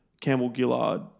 Campbell-Gillard